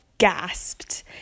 gasped